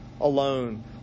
alone